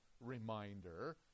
reminder